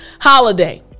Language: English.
holiday